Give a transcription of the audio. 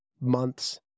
months